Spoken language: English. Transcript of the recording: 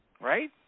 right